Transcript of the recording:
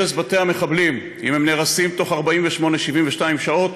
הרס בתי המחבלים, אם הם נהרסים בתוך 48 82 שעות